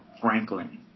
Franklin